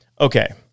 okay